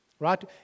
right